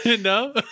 No